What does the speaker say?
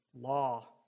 law